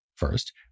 First